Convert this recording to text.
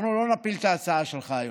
אנחנו לא נפיל את ההצעה שלך היום.